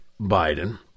Biden